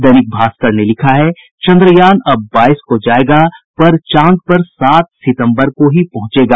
दैनिक भास्कर ने लिखा है चंद्रयान अब बाईस को जायेगा पर चांद पर सात सितंबर को ही पहुंचेगा